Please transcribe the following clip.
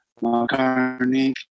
McCartney